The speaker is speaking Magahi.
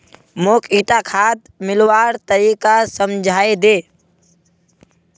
मौक ईटा खाद मिलव्वार तरीका समझाइ दे